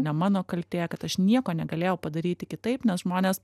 ne mano kaltė kad aš nieko negalėjau padaryti kitaip nes žmonės